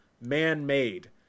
man-made